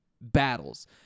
Battles